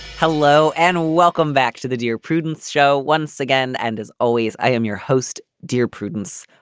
hello and welcome back to the dear prudence show once again. and as always i am your host dear prudence.